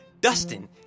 Dustin